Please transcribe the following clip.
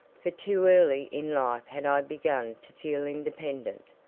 for too early in life had i begun to feel independent.